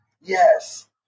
Yes